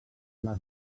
les